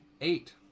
eight